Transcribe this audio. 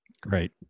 Great